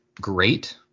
great